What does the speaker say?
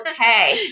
okay